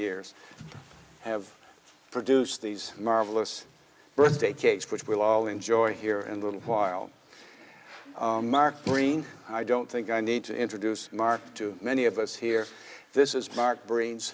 years have produced these marvelous birthday cakes which we all enjoy here in little while mark green i don't think i need to introduce mark to many of us here this is mark brings